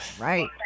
Right